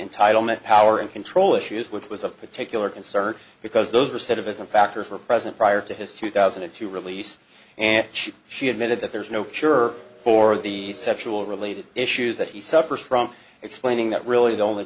entitlement power and control issues with was of particular concern because the recidivism factor for president prior to his two thousand and two release and she admitted that there is no cure for the sexual related issues that he suffers from explaining that really the only